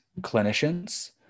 clinicians